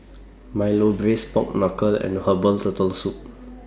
Milo Braised Pork Knuckle and Herbal Turtle Soup